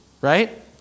right